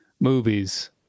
movies